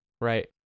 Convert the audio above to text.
right